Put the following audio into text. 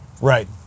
right